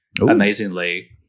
amazingly